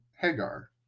Hagar